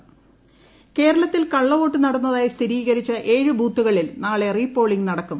re polling കേരളത്തിൽ കള്ളവോട്ട് നടന്നതായി സ്ഥിരീകരിച്ച ഏഴ് ബൂത്തുക ളിൽ നാളെ റീ പോളിംഗ് നടക്കും